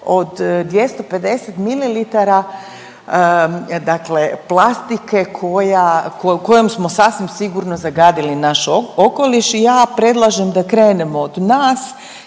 od 250 ml dakle plastike kojom smo sasvim sigurno zagadili naš okoliš i ja predlažem da krenemo od nas